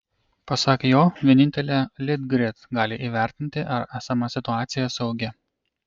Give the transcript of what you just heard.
pasak jo vienintelė litgrid gali įvertinti ar esama situacija saugi